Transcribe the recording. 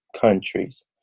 countries